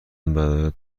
برایت